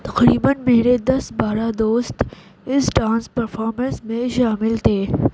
تقریباً میرے دس بارہ دوست اس ڈانس پرفارمنس میں شامل تھے